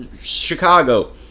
Chicago